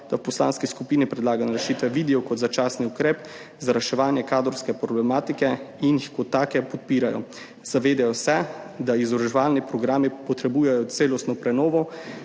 da v poslanski skupini predlagane rešitve vidijo kot začasni ukrep za reševanje kadrovske problematike in jih kot take podpirajo. Zavedajo se, da izobraževalni programi potrebujejo celostno prenovo